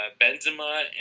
Benzema